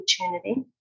opportunity